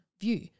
view